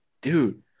Dude